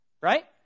Right